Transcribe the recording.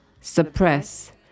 suppress